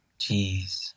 Jeez